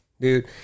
Dude